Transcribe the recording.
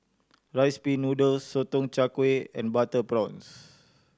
Rice Pin Noodles Sotong Char Kway and butter prawns